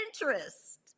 interest